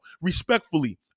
Respectfully